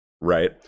Right